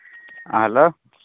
ᱦᱮᱸ ᱦᱮᱞᱳ